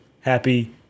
happy